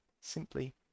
simply